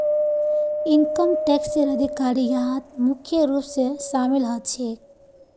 income टैक्सेर अधिकारी यहात मुख्य रूप स शामिल ह छेक